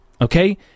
okay